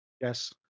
Yes